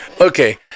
okay